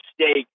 steak